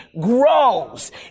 grows